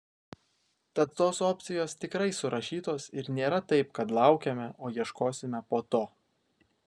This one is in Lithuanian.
tad tos opcijos tikrai surašytos ir nėra taip kad laukiame o ieškosime po to